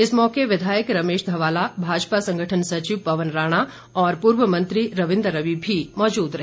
इस मौके विधायक रमेश धवाला भाजपा संगठन सचिव पवन राणा और पूर्व मंत्री रविन्द्र रवि मी मौजूद रहे